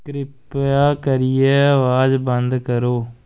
किरपेआ करियै अवाज बंद करो